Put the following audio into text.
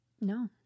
No